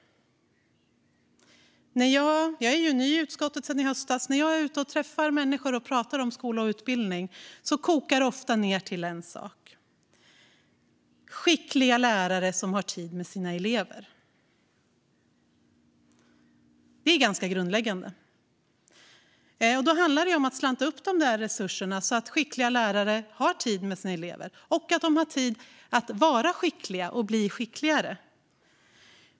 Jag är ny i utskottet sedan i höstas. När jag är ute och träffar människor och pratar om skola och utbildning kokar det ofta ned till en sak: skickliga lärare som har tid med sina elever. Det är ganska grundläggande. Då handlar det om att slanta upp resurserna så att skickliga lärare har tid med sina elever och att de har tid att vara skickliga och bli skickligare.